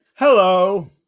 Hello